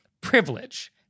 privilege